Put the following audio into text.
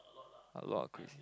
a lot of crazy